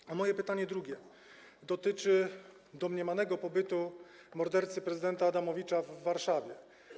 Drugie moje pytanie dotyczy domniemanego pobytu mordercy prezydenta Adamowicza w Warszawie.